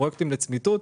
פרויקטים לצמיתות,